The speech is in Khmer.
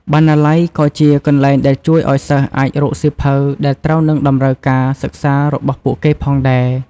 បណ្ណាល័យក៏ជាកន្លែងដែលជួយឲ្យសិស្សអាចរកសៀវភៅដែលត្រូវនឹងតម្រូវការសិក្សារបស់ពួកគេផងដែរ។